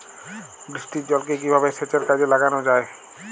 বৃষ্টির জলকে কিভাবে সেচের কাজে লাগানো য়ায়?